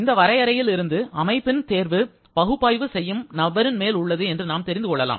இந்த வரையறையில் இருந்து அமைப்பின் தேர்வு பகுப்பாய்வு செய்யும் நபரின் மேல் உள்ளது என்று நாம் தெரிந்து கொள்ளலாம்